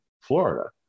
Florida